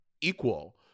equal